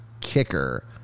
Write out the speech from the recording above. kicker